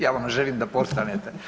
Ja vam želim da postanete.